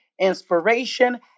inspiration